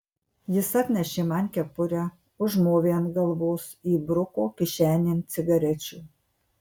jis atnešė man kepurę užmovė ant galvos įbruko kišenėn cigarečių